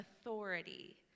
authority